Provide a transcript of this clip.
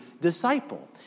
disciple